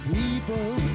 people